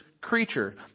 creature